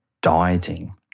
dieting